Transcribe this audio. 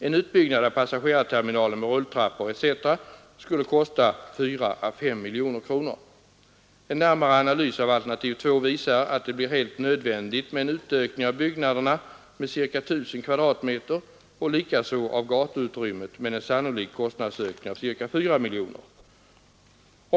En utbyggnad av passagerarterminalen med rulltrappor etc. skulle kosta 4 å 5 miljoner kronor. En närmare analys av alternativ 2 visar att det blir helt nödvändigt med en utökning av byggnaderna med ca 1 000 m? och likaså en ökning av gatuutrymmet, med en sannolik kostnadsökning av ca 4 miljoner kronor.